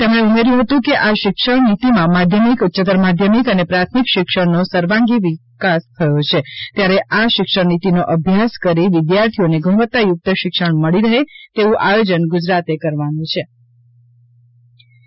તેમણે ઉમેર્થું હતું કે આ શિક્ષણ નીતિમાં માધ્યમિક ઉચ્યતર માધ્યમિક અને પ્રાથમિક શિક્ષણનો સર્વાગી વિચાર થયો છે ત્યારે આ શિક્ષણનીતિનો અભ્યાસ કરી વિદ્યાર્થીઓને ગુણવત્તાયુક્ત શિક્ષણ મળી રહે તેવું આયોજન ગુજરાતે કરવાનું છો ભાજપ સી